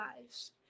lives